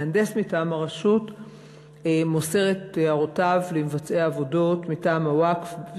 מהנדס מטעם הרשות מוסר את הערותיו למבצעי העבודות מטעם הווקף,